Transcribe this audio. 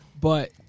But-